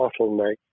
bottleneck